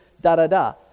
da-da-da